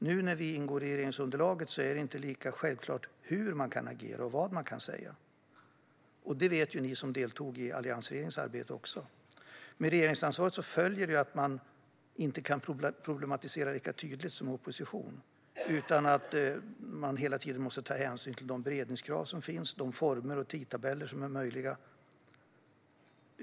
Nu när vi ingår i regeringsunderlaget är det inte lika självklart hur man kan agera och vad man kan säga. Ni som deltog i alliansregeringens arbete vet också att det med regeringsansvaret följer att man inte kan problematisera lika tydligt som när man är i opposition. I stället måste man hela tiden ta hänsyn till de beredningskrav som finns och de former och tidtabeller som är möjliga.